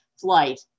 flight